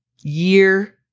year